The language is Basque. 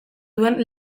duen